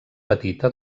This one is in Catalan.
petita